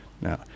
Now